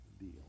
deal